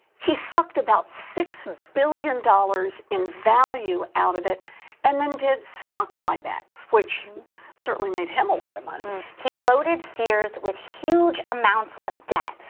he sucked about six billion dollars in value out of it and then did stock buybacks, which certainly made him a lot of money. he loaded sears with huge amounts of debt,